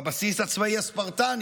בבסיס הצבאי הספרטני,